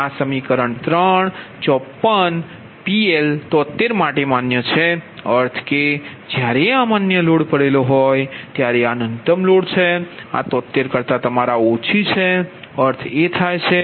તેથી આ સમીકરણ 3 54 ≤ PL ≤ 73 માટે માન્ય છે અર્થ કે જ્યારે આ માન્ય લોડ પડેલો હોય છેત્યારે આ ન્યૂનતમ લોડ છે અને આ 73 કરતાં તમારા ઓછી છે અર્થ એ થાય કે કુલ લોડ 73